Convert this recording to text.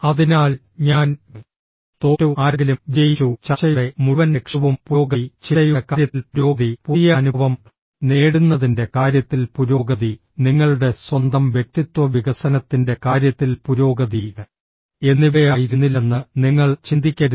അതിനാൽ ഞാൻ തോറ്റു ആരെങ്കിലും വിജയിച്ചു ചർച്ചയുടെ മുഴുവൻ ലക്ഷ്യവും പുരോഗതി ചിന്തയുടെ കാര്യത്തിൽ പുരോഗതി പുതിയ അനുഭവം നേടുന്നതിന്റെ കാര്യത്തിൽ പുരോഗതി നിങ്ങളുടെ സ്വന്തം വ്യക്തിത്വ വികസനത്തിന്റെ കാര്യത്തിൽ പുരോഗതി എന്നിവയായിരുന്നില്ലെന്ന് നിങ്ങൾ ചിന്തിക്കരുത്